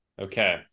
Okay